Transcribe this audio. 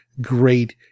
great